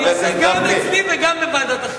דיון גם אצלי וגם בוועדת החינוך.